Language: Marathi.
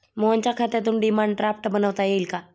मोहनच्या खात्यातून डिमांड ड्राफ्ट बनवता येईल का?